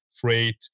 freight